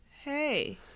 hey